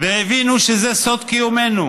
והבינו שזה סוד קיומנו.